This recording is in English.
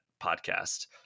podcast